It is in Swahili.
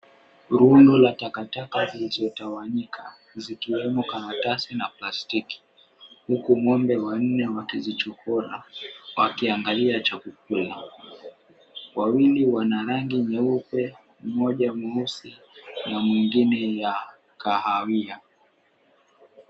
Rundo la takataka zilizotawanyika zikiwemo karatasi na plastiki. Huku ng'ombe wanne wakizichokora wakiangalia cha kukula. Wawili wana rangi nyeupe, mmoja mweusi na mwingine ya kahawia.